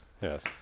yes